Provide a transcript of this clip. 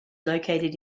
located